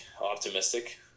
optimistic